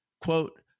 quote